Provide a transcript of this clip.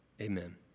Amen